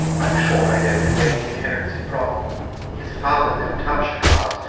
am sure i don't know where he inherits it from his father never touched cards,